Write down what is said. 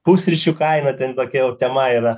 pusryčių kaina ten tokia jau tema yra